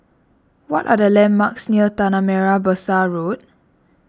what are the landmarks near Tanah Merah Besar Road